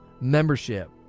membership